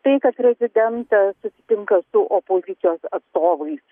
tai kad prezidentas susitinka su opozicijos atstovais